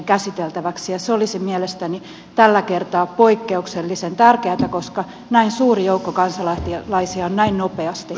ja se olisi mielestäni tällä kertaa poikkeuksellisen tärkeätä koska näin suuri joukko kansalaisia on näin nopeasti lähtenyt liikkeelle